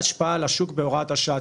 נראה את ההשפעה על השוק בהוראת השעה,